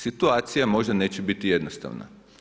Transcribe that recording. Situacija možda neće biti jednostavna.